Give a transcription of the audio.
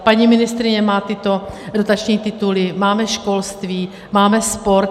Paní ministryně má tyto dotační tituly, máme školství, máme sport.